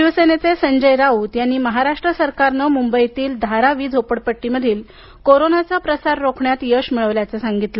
शिवसेनेचे संजय राऊत यांनी राज्य सरकारने मुंबईतील धारावी झोपडपट्टीमधील कोरोनाचा प्रसार रोखण्यात यश मिळवल्याचे सांगितलं